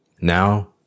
Now